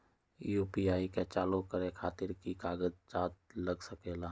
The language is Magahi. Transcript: यू.पी.आई के चालु करे खातीर कि की कागज़ात लग सकेला?